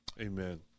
Amen